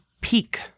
peak